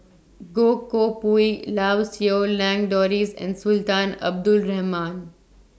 Goh Koh Pui Lau Siew Lang Doris and Sultan Abdul Rahman